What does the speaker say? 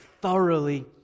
thoroughly